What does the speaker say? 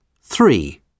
three